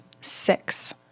six